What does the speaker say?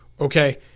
Okay